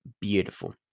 beautiful